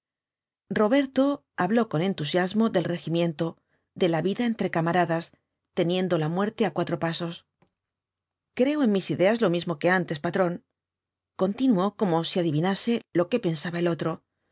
roberto habló con entusiasmo del regimiento de la vida entre camaradas teniendo la muerte á cuatro pasos creo en mis ideas lo mismo que antes patrón continuó como si adivinase lo que pensaba el otro